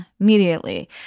immediately